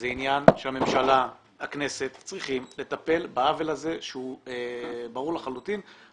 זה עניין שהממשלה והכנסת צריכות לטפל בעוול הזה שהוא ברור לחלוטין.